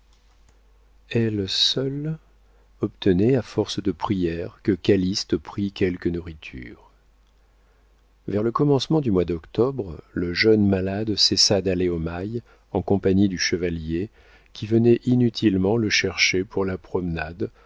elle seule obtenait à force de prières que calyste prît quelque nourriture vers le commencement du mois d'octobre le jeune malade cessa d'aller au mail en compagnie du chevalier qui venait inutilement le chercher pour la promenade